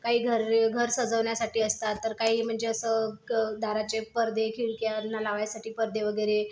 काही घर घर सजवण्यासाठी असतात तर काही म्हणजे असं दाराचे पडदे खिडक्यांना लावायसाठी पडदे वगैरे